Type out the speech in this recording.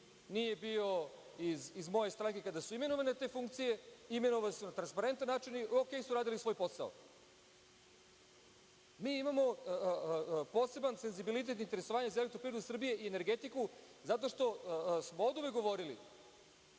nije bio iz moje stranke kada su imenovani na te funkcije, imenovani su na transparentan način i OK su radili svoj posao. Mi imamo poseban senzibilitet interesovanja za EPS i energetiku, zato što smo oduvek govorili